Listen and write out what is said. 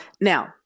Now